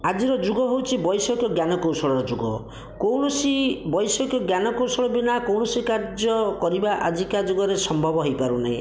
ଆଜିର ଯୁଗ ହେଉଛି ବୈଷୟିକ ଜ୍ଞାନ କୌଶଳର ଯୁଗ କୌଣସି ବୈଷୟିକ ଜ୍ଞାନ କୌଶଳ ବିନା କୌଣସି କାର୍ଯ୍ୟ କରିବା ଆଜିକା ଯୁଗରେ ସମ୍ଭବ ହୋଇପାରୁ ନାହିଁ